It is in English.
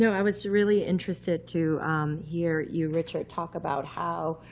no, i was really interested to hear you, richard, talk about how